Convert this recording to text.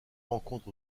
rencontre